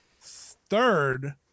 Third